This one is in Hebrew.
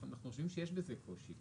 אנחנו חושבים שיש בזה קושי.